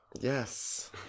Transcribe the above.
Yes